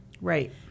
Right